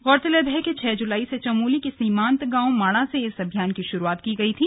गौरतलब है कि छह जुलाई से चमोली के सीमांत गांव माणा से इस अभियान की शुरूआत की गई थी